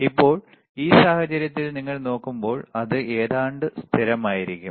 ഇപ്പോൾ ഈ സാഹചര്യത്തിൽ നിങ്ങൾ നോക്കുമ്പോൾ അത് ഏതാണ്ട് സ്ഥിരമായിരിക്കും